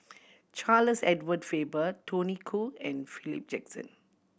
Charles Edward Faber Tony Khoo and Philip Jackson